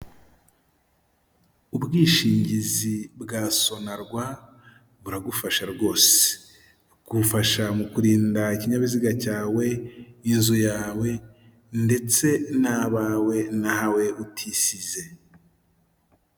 Ubwishingizi bwa Sonarwa buragufasha rwose! Bugufasha mu kurinda ikinyabiziga cyawe, inzu yawe ndetse n'abawe, nawe utisize.